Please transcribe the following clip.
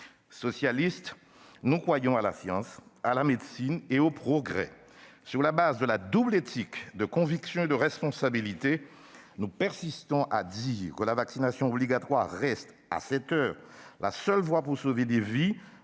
Socialistes, nous croyons à la science, à la médecine et au progrès. Forts de la double éthique de conviction et de responsabilité qui est la nôtre, nous persistons à dire que la vaccination obligatoire reste, à cette heure, la seule voie pour sauver des vies,